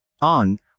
On